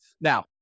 Now